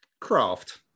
craft